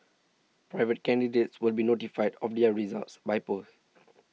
private candidates will be notified of their results by post